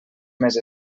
més